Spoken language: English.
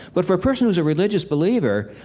but for a person who's a religious believer,